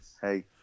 Hey